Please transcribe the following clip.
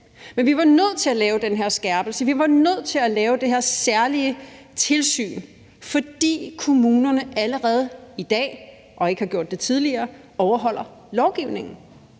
Men vi var nødt til at lave den her skærpelse, vi var nødt til at lave det her særlige tilsyn, fordi kommunerne i dag ikke overholder og de ikke tidligere har overholdt lovgivningen.